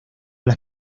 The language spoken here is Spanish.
las